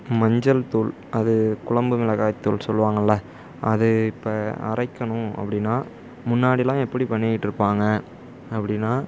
மஞ்சள் தூள் அது குழம்பு மிளகாய் தூள் சொல்லுவாங்கள்ல அது இப்போ அரைக்கணும் அப்படினா முன்னாயெடிலாம் எப்படி பண்ணிக்கிட்டு இருப்பாங்க அப்படினா